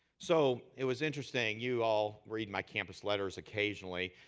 so, it was interesting. you all read my campus letters occasionally.